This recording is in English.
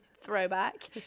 throwback